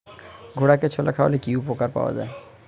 ঘোড়াকে ছোলা খাওয়ালে কি উপকার পাওয়া যায়?